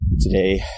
Today